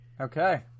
okay